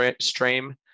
stream